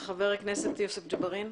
חבר הכנסת יוסף ג'בארין.